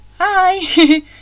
hi